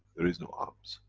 there is no arms.